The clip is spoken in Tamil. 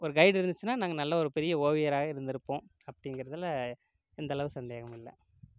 ஒரு கைடு இருந்துச்சுனால் நாங்கள் நல்ல ஒரு பெரிய ஓவியராக இருந்துருப்போம் அப்டிங்கிறதுல எந்தளவு சந்தேகம் இல்லை